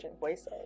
voices